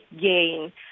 gain